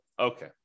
Okay